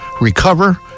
recover